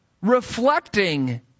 reflecting